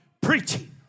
preaching